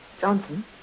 Johnson